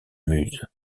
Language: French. muse